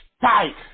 fight